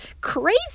crazy